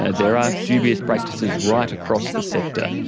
ah there are dubious practices right across the sector.